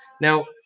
Now